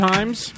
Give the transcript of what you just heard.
Times